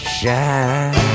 shine